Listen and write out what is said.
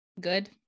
good